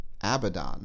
Abaddon